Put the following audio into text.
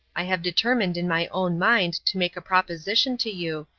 i have determined in my own mind to make a proposition to you,